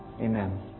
Amen